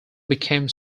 became